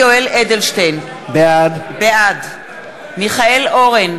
יולי יואל אדלשטיין, בעד מיכאל אורן,